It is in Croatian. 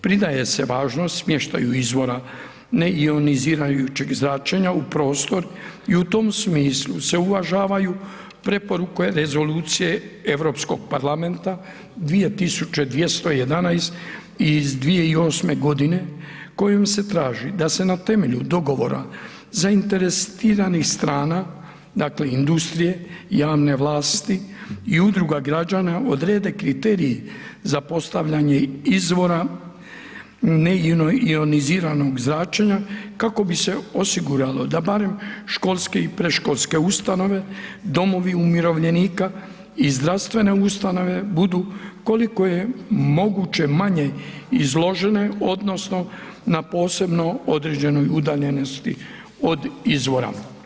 Pridaje se važnost smještaju izvor neionizirajućeg zračenja u prostor i u tom smislu se uvažavaju preporuke Rezolucije Europskog parlamenta 2011/2008 godine kojom se traži da se na temelju dogovora zainteresiranih strana, dakle industrije javne vlasti i udruga građana odrede kriteriji za postavljanje izvora neioniziranog zračenja kako bi se osiguralo da barem školske i predškolske ustanove, domovi umirovljenika i zdravstvene ustanove budu koliko je moguće manje izložene odnosno na posebno određenoj udaljenosti od izvora.